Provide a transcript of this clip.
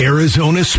Arizona